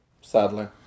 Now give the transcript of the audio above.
sadly